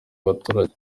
baturage